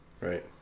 Right